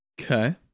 okay